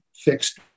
fixed